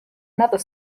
another